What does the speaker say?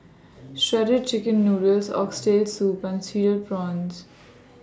Shredded Chicken Noodles Oxtail Soup and Cereal Prawns